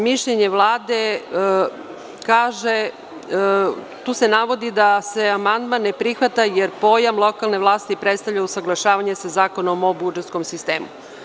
Mišljenje Vlade, tu se navodi da se amandman ne prihvata jer pojam lokalne vlasti predstavlja usaglašavanje sa Zakonom o budžetskom sistemu.